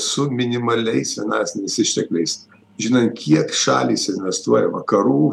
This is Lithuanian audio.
su minimaliais finansiniais ištekliais žinant kiek šalys investuoja vakarų